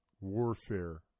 warfare